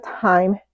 time